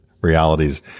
realities